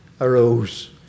Arose